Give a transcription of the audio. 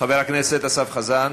חבר הכנסת אסף חזן?